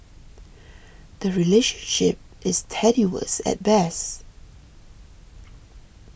the relationship is tenuous at best